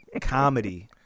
comedy